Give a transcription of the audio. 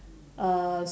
uh